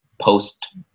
post